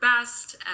best